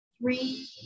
three